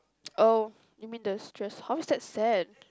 oh you mean the stress how is that sad